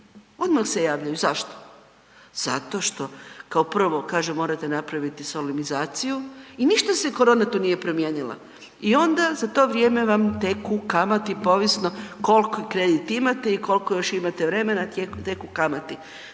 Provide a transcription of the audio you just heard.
odmah se javljaju. Zašto? Zato što kao prvo kaže morate napraviti solemnizaciju i ništa se korona tu nije promijenila i onda za to vrijeme vam teku kamati pa ovisno koliki kredit imate i koliko još imate vremena teku kamati.